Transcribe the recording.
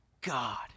God